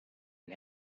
and